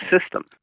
system